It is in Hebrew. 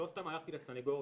לא סתם הלכתי לסניגוריה.